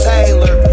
Taylor